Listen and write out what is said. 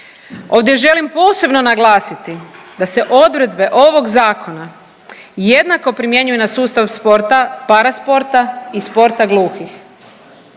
Ovdje želim posebno naglasiti da se odredbe ovog zakona jednako primjenjuju na sustav sporta, parasporta i sporta gluhih.